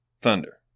thunder